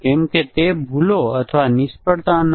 competent programmer hypothesis